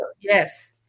yes